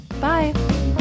Bye